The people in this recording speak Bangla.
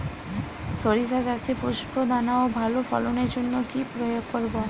শরিষা চাষে পুষ্ট দানা ও ভালো ফলনের জন্য কি প্রয়োগ করব?